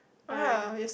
I